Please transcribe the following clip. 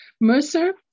Mercer